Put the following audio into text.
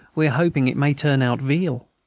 we are hoping it may turn out veal.